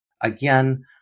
Again